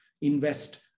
invest